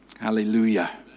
Hallelujah